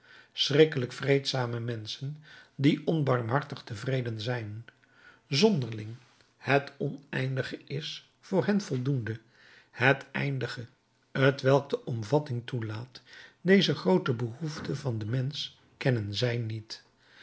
schrikkelijk vreedzame menschen die onbarmhartig tevreden zijn zonderling het oneindige is voor hen voldoende het eindige t welk de omvatting toelaat deze groote behoefte van den mensch kennen zij niet